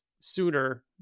sooner